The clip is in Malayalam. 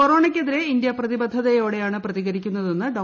കൊറോണക്കെതിരെ ഇന്ത്യ പ്രതിബദ്ധത യോടെയാണ് പ്രതികരിക്കുന്നതെന്ന് ഡോ